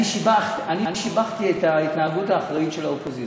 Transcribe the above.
אני שיבחתי את ההתנהגות האחראית של האופוזיציה,